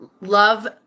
love